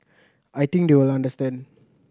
I think they will understand